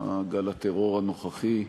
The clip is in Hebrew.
גל הטרור הנוכחי,